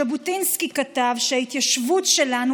ז'בוטינסקי כתב ש"ההתיישבות שלנו,